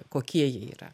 kokie jie yra